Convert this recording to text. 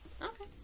Okay